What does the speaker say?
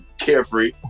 carefree